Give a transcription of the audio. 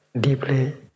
deeply